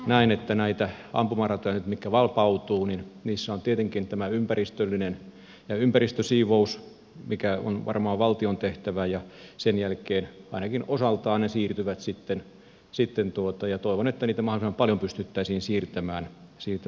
näen että näillä ampumaradoilla mitkä nyt vapautuvat on tietenkin tämä ympäristösiivous mikä on varmaan valtion tehtävä ja sen jälkeen ainakin osaltaan ne siirtyvät sitten ja toivon että niitä mahdollisimman paljon pystyttäisiin siirtämään vapaaehtoiskäyttöön